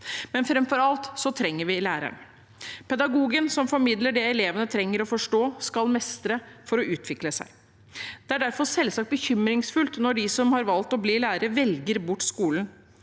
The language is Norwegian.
av. Framfor alt trenger vi læreren, pedagogen som formidler det eleven trenger å forstå og skal mestre for å utvikle seg. Det er derfor selvsagt bekymringsfullt når dem som har valgt å bli lærere, velger bort skolen.